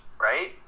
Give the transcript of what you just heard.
Right